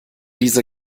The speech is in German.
diese